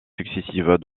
successives